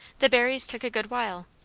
the berries took a good while.